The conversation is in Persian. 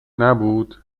نبود